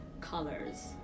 colors